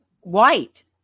White